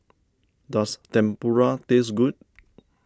does Tempura taste good